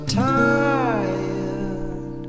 tired